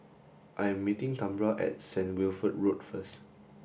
I am meeting Tambra at St Wilfred Road first